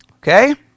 Okay